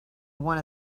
one